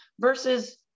versus